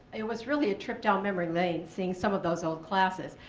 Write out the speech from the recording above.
it was really a trip down memory lane seeing some of those old classes.